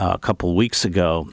a couple weeks ago